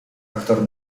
aktor